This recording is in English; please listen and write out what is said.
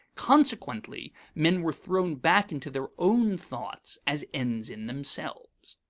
consequently men were thrown back into their own thoughts as ends in themselves.